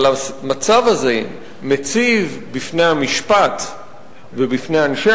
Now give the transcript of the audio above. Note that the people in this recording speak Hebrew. אבל המצב הזה מציב בפני המשפט ובפני אנשי